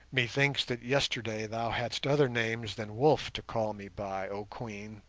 methinks that yesterday thou hadst other names than wolf to call me by, oh queen